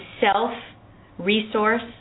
self-resource